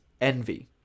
envy